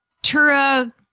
Tura